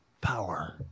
power